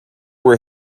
were